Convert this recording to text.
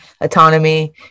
autonomy